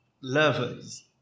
lovers